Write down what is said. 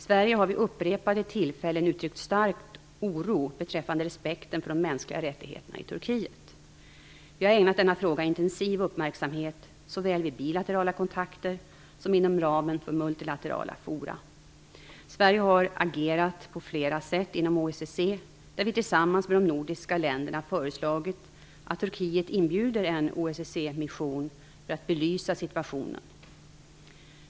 Sverige har vid upprepade tillfällen uttryckt stark oro beträffande respekten för de mänskliga rättigheterna i Turkiet. Vi har ägnat denna fråga intensiv uppmärksamhet, såväl vid bilaterala kontakter som inom ramen för multilaterala forum. Sverige har agerat på flera sätt inom OSSE där vi tillsammans med de nordiska länderna föreslagit att Turkiet inbjuder en OSSE-mission för att belysa situationen.